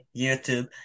YouTube